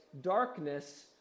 darkness